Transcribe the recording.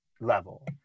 level